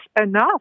enough